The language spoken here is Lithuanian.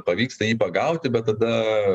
pavyksta jį pagauti bet tada